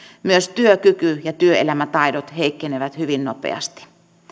myös työkyky ja työelämätaidot heikkenevät hyvin nopeasti